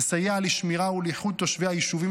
נסייע לשמירה ולאיחוד תושבי היישובים